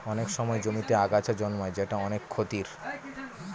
অনেক সময় জমিতে আগাছা জন্মায় যেটা অনেক ক্ষতির